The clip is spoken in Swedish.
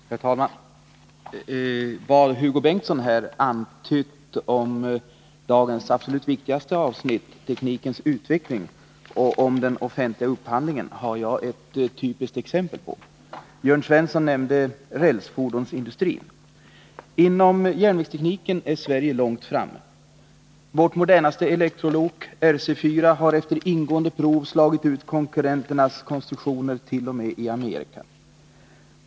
Herr talman! Vad Hugo Bengtsson här har antytt om dagens absolut viktigaste avsnitt, teknikens utveckling och den offentliga upphandlingen, har jag ett typiskt exempel på. Jörn Svensson nämnde rälsfordonsindustrin. Inom järnvägstekniken är Sverige långt framme. Vårt modernaste elektrolok, RC 4, har efter ingående prov slagit ut konkurrenternas konstruktioner t.o.m. i Amerika.